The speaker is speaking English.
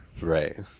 right